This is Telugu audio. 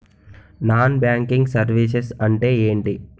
నాన్ బ్యాంకింగ్ సర్వీసెస్ అంటే ఎంటి?